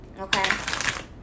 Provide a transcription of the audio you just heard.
Okay